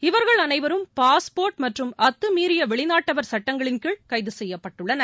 இவர்கள் அனைவரும் பாஸ்போர்ட் மற்றும் அத்துமீறிய வெளிநாட்டவர் சுட்டங்களின் கீழ் கைது செய்யப்பட்டுள்ளனர்